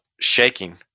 shaking